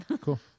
cool